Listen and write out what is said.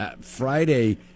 Friday